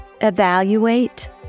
evaluate